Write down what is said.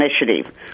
initiative